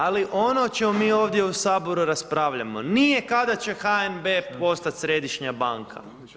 Ali ono o čemu mi ovdje u Saboru raspravljamo nije kada će HNB postati središnja banka.